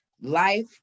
life